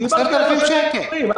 דיברתי על מה שאתם מדברים.